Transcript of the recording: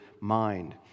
mind